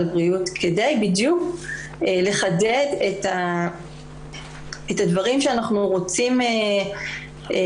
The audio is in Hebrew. הבריאות כדי בדיוק לחדד את הדברים שאנחנו רוצים לתת,